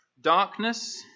Darkness